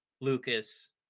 Lucas